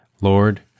Lord